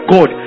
God